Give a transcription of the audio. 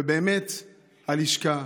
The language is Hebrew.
ובאמת, הלשכה,